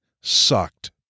sucked